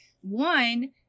one